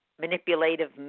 manipulative